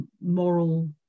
moral